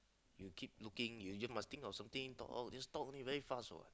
you keep looking you here must think of something talk out just talk very only fast what